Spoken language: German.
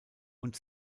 und